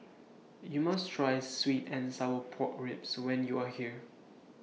YOU must Try Sweet and Sour Pork Ribs when YOU Are here